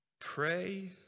pray